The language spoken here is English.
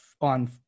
on